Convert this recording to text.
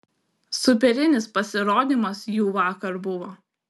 superinis pasirodymas jų vakar buvo